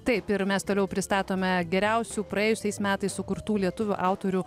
taip ir mes toliau pristatome geriausių praėjusiais metais sukurtų lietuvių autorių